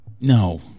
No